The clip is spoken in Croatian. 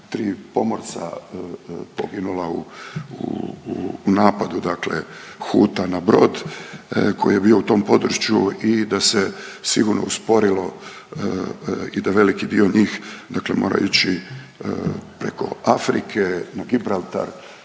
gdje su tri pomorca poginula u napadu Huta na brod koji je bio u tom području i da se sigurno usporilo i da veliki dio njih mora ići preko Afrike na Gibraltar